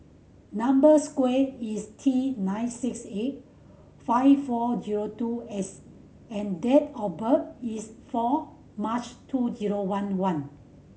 number sqare is T nine six eight five four zero two S and date of birth is four March two zero one one